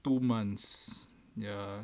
two months ya